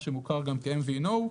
מה שמוכר גם כ-NVNO.